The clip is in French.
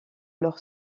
leur